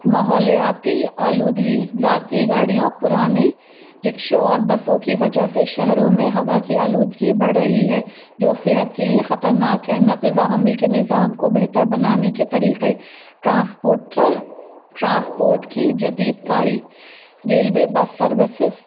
ماحولیاتی آلودگی ذاتی گاڑیوں پرانے رکشوں اور بسوں کی وجہ سے شہروں میں ہوا کی آلودگی بڑھ رہی ہے جو صحت کے لیے خطرناک ہے نقل و حمل کے نظام کو بہتر بنانے کے طریقے ٹرانسپورٹر ٹرانسپورٹ کی جدید کاری ریلوے بس سروسز